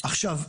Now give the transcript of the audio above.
עכשיו,